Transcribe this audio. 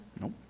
Nope